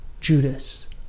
Judas